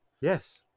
Yes